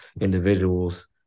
individuals